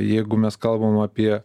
jeigu mes kalbam apie